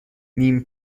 نیم